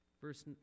verse